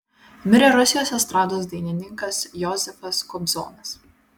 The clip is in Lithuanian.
mirė rusijos estrados dainininkas josifas kobzonas